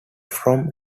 from